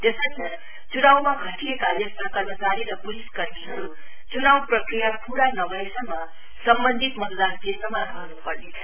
त्यसर्थ चुनावमा खटिएको त्यस्त्रा कर्मचारी र पुलिसकर्मीहरु चुनाव प्रक्रिया पूरा नभएसम्म सम्बन्धित मतदान केन्द्रमा रहनु पर्नेछ